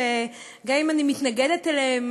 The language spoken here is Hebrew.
שגם אם אני מתנגדת אליהם,